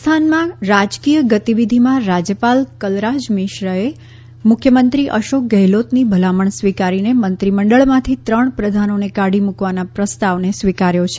Rajasthan CM રાજસ્થાનમાં રાજકીય ગતિવિધિમાં રાજ્યપાલ કલરાજ મિશ્રાએ મુખ્યમંત્રી અશોક ગેહલોતની ભલામણ સ્વીકારીને મંત્રીમંડળમાંથી ત્રણ પ્રધાનોને કાઢી મૂકવાના પ્રસ્તાવને સ્વીકાર્યો છે